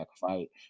fight